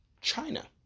China